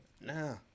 Nah